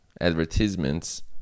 advertisements